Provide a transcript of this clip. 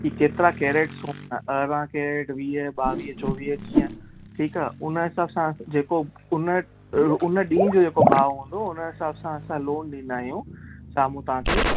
की केतिरा कैरेट सोन आहे अरिड़हं कैरेट वीह ॿावीह चोवीह जीअं ठीकु आहे उन हिसाब सां जेको उन उन ॾींअहं जो जेको भाव हुंदो उन हिसाब सां असां लोन ॾींदा आहियूं साम्हूं तव्हांखे